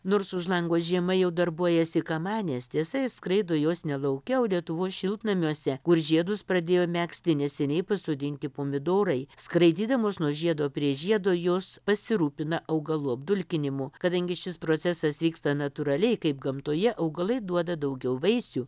nors už lango žiema jau darbuojasi kamanės tiesa jos skraido jos ne lauke o lietuvos šiltnamiuose kur žiedus pradėjo megzti neseniai pasodinti pomidorai skraidydamos nuo žiedo prie žiedo jos pasirūpina augalų apdulkinimu kadangi šis procesas vyksta natūraliai kaip gamtoje augalai duoda daugiau vaisių